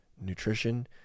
nutrition